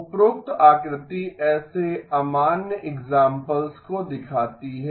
उपरोक्त आकृति ऐसे अमान्य एक्साम्पल्स को दिखाती है